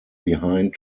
behind